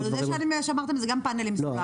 אבל זה לפי מה שאמרתם, זה גם פאנלים סולאריים.